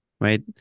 Right